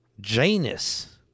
Janus